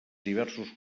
diversos